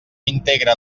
integra